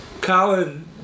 Colin